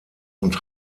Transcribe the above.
und